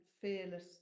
fearless